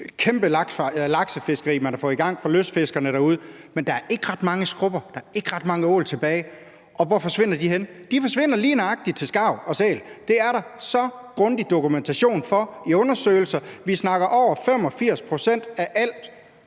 kæmpe laksefiskeri, man har fået i gang for lystfiskerne derude, men der er ikke ret mange skrubber, og der er ikke ret mange ål tilbage, og hvor forsvinder de hen? De forsvinder lige nøjagtig som føde for skarv og sæl. Det er der så grundig dokumentation for i undersøgelser. Vi snakker om, at over 85 pct. af alt,